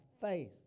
faith